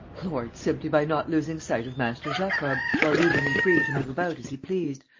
lord, simply by not losing sight of master jacob, while leaving him free to move about as he pleased,